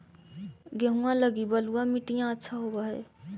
गेहुआ लगी बलुआ मिट्टियां अच्छा होव हैं?